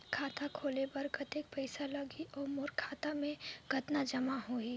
खाता खोले बर कतेक पइसा लगही? अउ मोर खाता मे कतका जमा होही?